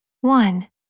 One